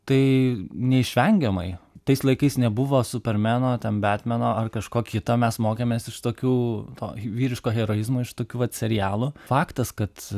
tai neišvengiamai tais laikais nebuvo supermeno tem betmeno ar kažko kito mes mokėmės iš tokių to vyriško heroizmo iš tokių vat serialų faktas kad